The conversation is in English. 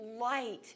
light